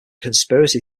conspiracy